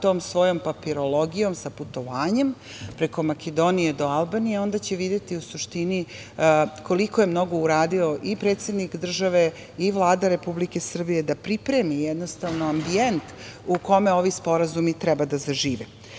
tom svojom papirologijom, sa putovanjem preko Makedonije do Albanije, onda će videti u suštini koliko je mnogo uradio i predsednik države, i Vlada Republike Srbije da jednostavno pripremi ambijent u kome ovi sporazumi treba da zažive. Znači,